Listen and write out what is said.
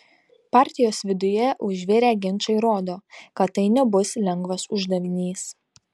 partijos viduje užvirę ginčai rodo kad tai nebus lengvas uždavinys